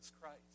Christ